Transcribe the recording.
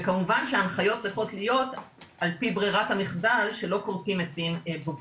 כמובן שההנחיות צריכות להיות על-פי ברירת המחדל שלא כורתים עצים בוגרים.